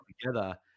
together